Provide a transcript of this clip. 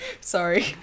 Sorry